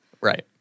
Right